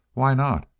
why not?